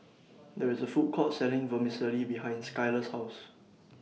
There IS A Food Court Selling Vermicelli behind Skylar's House